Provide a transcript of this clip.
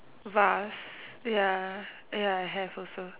vase ya ya I have also